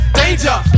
danger